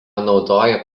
naudoja